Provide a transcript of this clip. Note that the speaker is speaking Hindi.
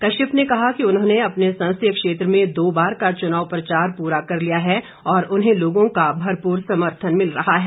कश्यप ने कहा कि उन्होंने अपने संसदीय क्षेत्र में दो बार का चुनाव प्रचार पूरा कर लिया है और उन्हें लोगों का भरपूर समर्थन मिल रहा है